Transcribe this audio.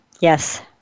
Yes